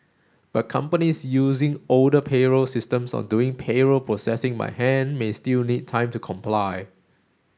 but companies using older payroll systems or doing payroll processing by hand may still need time to comply